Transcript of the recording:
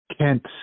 Kent